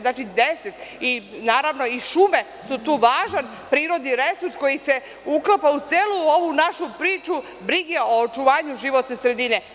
Znači, deset i naravno i šume su tu važan prirodni resurs koji se uklapa u celu ovu našu priču brige o očuvanju životne sredine.